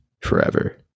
forever